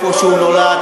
איפה שהוא נולד,